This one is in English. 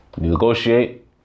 Negotiate